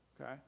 Okay